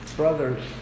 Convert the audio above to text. Brothers